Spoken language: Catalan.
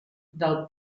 del